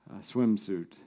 swimsuit